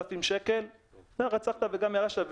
10,000 שקל זה הרצחת וגם ירשת.